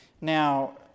Now